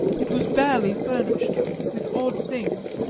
it was barely furnished with odd things,